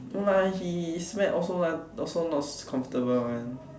no lah he slept also mah also not comfortable mah